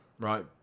right